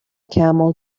camel